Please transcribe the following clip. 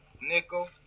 Nickel